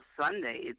Sunday